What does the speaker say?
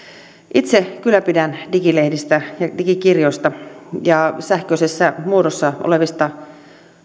itse kyllä pidän digilehdistä ja digikirjoista ja sähköisessä muodossa olevista